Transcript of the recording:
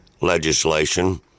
legislation